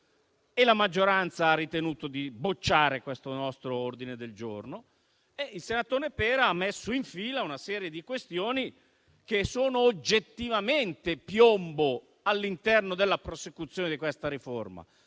la maggioranza ha ritenuto di bocciare questo nostro ordine del giorno. Il senatore Pera ha messo in fila una serie di questioni che sono oggettivamente piombo all'interno della prosecuzione di questa riforma: